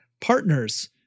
partners